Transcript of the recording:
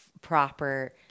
proper